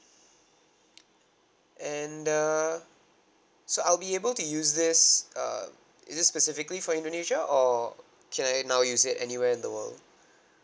and uh so I'll be able to use this uh is this specifically for indonesia or can I now use it anywhere in the world